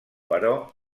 però